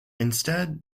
instead